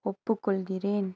ஒப்புக்கொள்கிறேன்